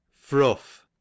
Fruff